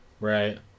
Right